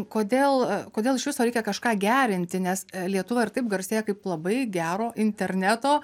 kodėl kodėl iš viso reikia kažką gerinti nes lietuva ir taip garsėja kaip labai gero interneto